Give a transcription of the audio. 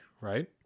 right